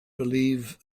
believe